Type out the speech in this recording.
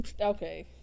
okay